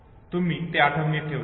तुम्ही ते आठवणीत ठेवतात